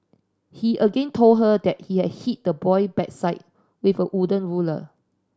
he again told her that he had hit the boy backside with a wooden ruler